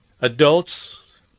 Adults